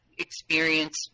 experience